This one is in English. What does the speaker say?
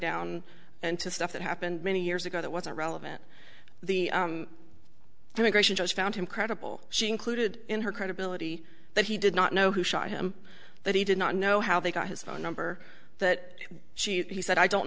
down and to stuff that happened many years ago that wasn't relevant the immigration judge found him credible she included in her credibility that he did not know who shot him that he did not know how they got his phone number that she said i don't